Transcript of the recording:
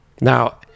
Now